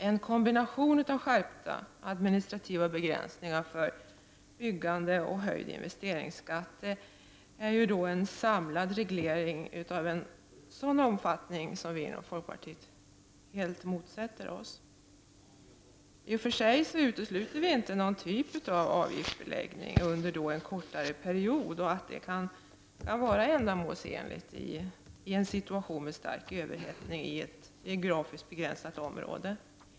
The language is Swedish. En kombination av skärpta administrativa begränsningar för byggande och höjd investeringsskatt innebär en samlad reglering av en omfattning som vi inom folkpartiet helt motsätter oss. I och för sig utesluter vi inte att någon typ av avgiftsbeläggning under en kortare period kan vara ändamålsenlig i en situation med stark överhettning i ett geografiskt begränsat område.